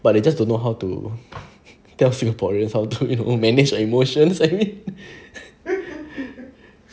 but they just don't know how to tell singaporeans how to manage their emotions I mean